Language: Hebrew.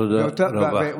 תודה רבה.